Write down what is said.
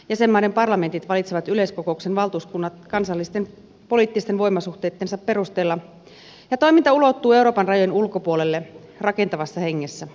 jäsenmaiden parlamentit valitsevat yleiskokouksen valtuuskunnat kansallisten poliittisten voimasuhteittensa perusteella ja toiminta ulottuu euroopan rajojen ulkopuolelle rakentavassa hengessä